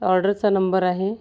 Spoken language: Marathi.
ऑर्डरचा नंबर आहे